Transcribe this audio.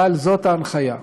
אבל זאת ההנחיה,